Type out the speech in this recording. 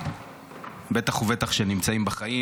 בטח ובטח שנמצאים בחיים.